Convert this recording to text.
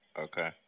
Okay